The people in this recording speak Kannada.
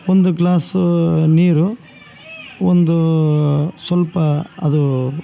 ಒಂದು ಗ್ಲಾಸ್ ನೀರು ಒಂದು ಸ್ವಲ್ಪ ಅದು